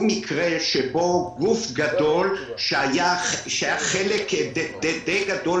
הוא מקרה בו גוף גדול היה חלק די גדול